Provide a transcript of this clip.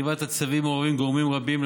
בכתיבת הצווים מעורבים גורמים רבים,